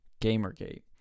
Gamergate